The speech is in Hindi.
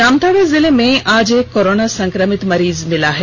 जामताड़ा जिले में आज एक कोरोना संक्रमित मरीज मिला है